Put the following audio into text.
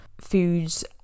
foods